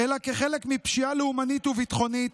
אלא כחלק מפשיעה לאומנית וביטחונית,